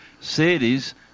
cities